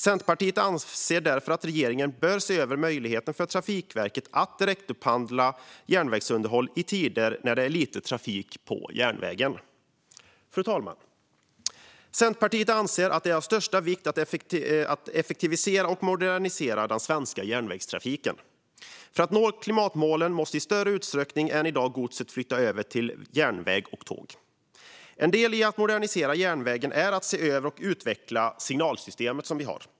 Centerpartiet anser därför att regeringen bör se över möjligheten för Trafikverket att direktupphandla järnvägsunderhåll i tider när det är lite trafik på järnvägen. Fru talman! Centerpartiet anser att det är av största vikt att effektivisera och modernisera den svenska järnvägstrafiken. För att nå klimatmålen måste gods i större utsträckning än i dag flyttas över till järnväg och tåg. En del i att modernisera järnvägen är att se över och utveckla signalsystemet.